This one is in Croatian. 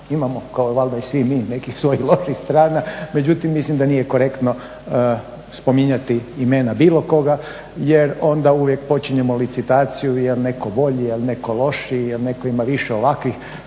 imamo valjda kao i svi mi nekih svojih loših strana, međutim mislim da nije korektno spominjati imena bilo koga jer onda uvijek počinjemo licitaciju jel neko bolji jel neko lošiji jel neko ima više ovakvih